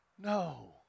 No